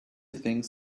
things